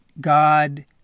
God